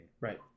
Right